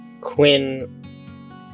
Quinn